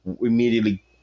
immediately